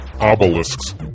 Obelisks